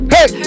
Hey